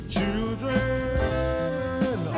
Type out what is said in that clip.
Children